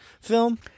film